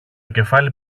κεφάλι